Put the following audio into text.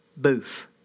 Booth